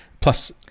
plus